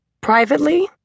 Privately